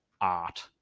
art